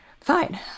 Fine